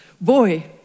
Boy